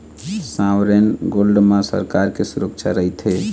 sovereign gold म सरकार के सुरक्छा रहिथे